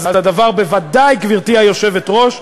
הדבר בוודאי, גברתי היושבת-ראש,